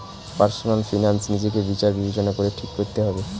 personal finance নিজেকে বিচার বিবেচনা করে ঠিক করতে হবে